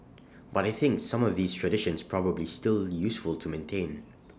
but I think some of these traditions probably still useful to maintain